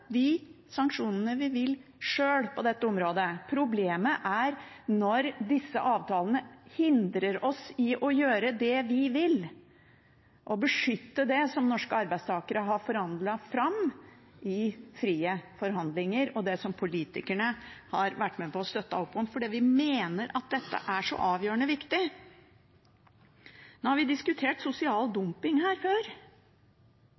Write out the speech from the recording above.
de sanksjonene vi vil sjøl på dette området. Problemet er når disse avtalene hindrer oss i å gjøre det vi vil og beskytte det som norske arbeidstakere har forhandlet fram i frie forhandlinger, og som politikerne har vært med på å støtte opp om fordi vi mener at dette er så avgjørende viktig. Nå har vi diskutert sosial